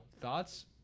thoughts